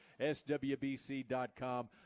SWBC.com